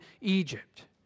Egypt